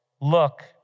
Look